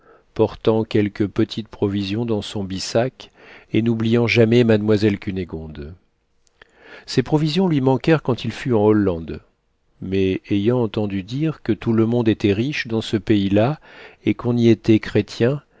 portant quelques petites provisions dans son bissac et n'oubliant jamais mademoiselle cunégonde ses provisions lui manquèrent quand il fut en hollande mais ayant entendu dire que tout le monde était riche dans ce pays-là et qu'on y était chrétien